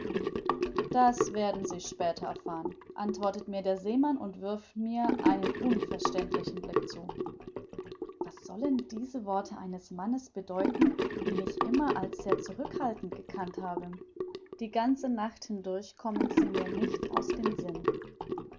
das werden sie später erfahren antwortet mir der seemann und wirft mir einen unverständlichen blick zu was sollen diese worte eines mannes bedeuten den ich immer als sehr zurückhaltend gekannt habe die ganze nacht hindurch kommen sie mir nicht aus dem sinn